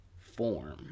form